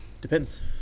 Depends